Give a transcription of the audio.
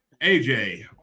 AJ